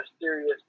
serious